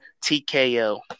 TKO